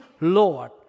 Lord